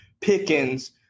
Pickens